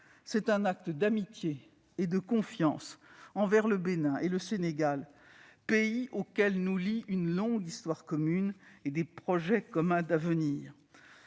C'est un acte d'amitié et de confiance envers le Bénin et le Sénégal, pays auxquels nous lient une longue histoire commune et des projets communs d'avenir.